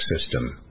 system